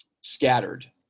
scattered